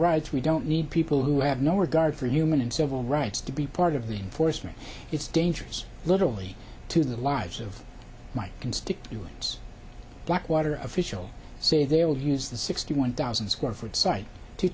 rights we don't need people who have no regard for human and civil rights to be part of the enforcement it's dangerous literally to the lives of my constituents blackwater official say they will use the sixty one thousand square foot site to